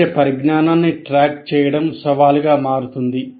విషయ పరిజ్ఞానాన్ని ట్రాక్ చేయడం సవాలుగా మారుతుంది